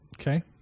Okay